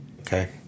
Okay